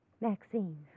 Maxine